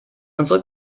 unsere